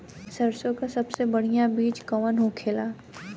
सरसों का सबसे बढ़ियां बीज कवन होखेला?